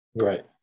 Right